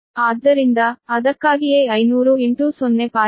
ಆದ್ದರಿಂದ ಅದಕ್ಕಾಗಿಯೇ 5000